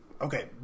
Okay